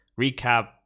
recap